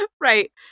Right